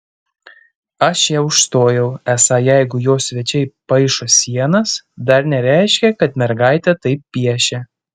aš ją užstojau esą jeigu jo svečiai paišo sienas dar nereiškia kad mergaitė taip piešia